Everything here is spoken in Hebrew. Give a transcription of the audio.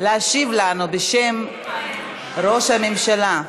להשיב לנו בשם ראש הממשלה,